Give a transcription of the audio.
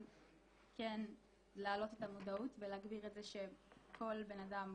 כן להעלות את המודעות ולהגביר את זה שכל בנאדם,